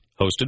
Hosted